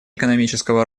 экономического